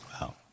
wow